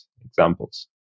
examples